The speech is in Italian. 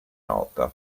nota